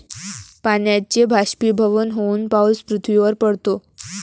पाण्याचे बाष्पीभवन होऊन पाऊस पृथ्वीवर पडतो